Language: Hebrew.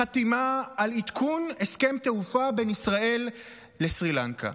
חתימה על עדכון הסכם תעופה בין ישראל לסרי לנקה.